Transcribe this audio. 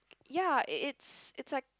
ya it it's it's like